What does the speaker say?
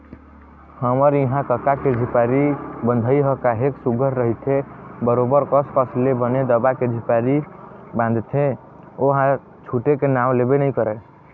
हमर इहाँ कका के झिपारी बंधई ह काहेच सुग्घर रहिथे बरोबर कस कस ले बने दबा के झिपारी बांधथे ओहा छूटे के नांव लेबे नइ करय